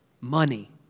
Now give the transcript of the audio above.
money